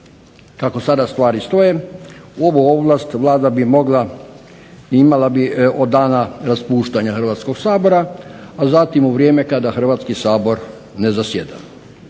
Kako sada stvari stoje ovu ovlast Vlada bi imala od dana raspuštanja Hrvatskog sabora a zatim u vrijeme kada Hrvatski sabor ne zasjeda.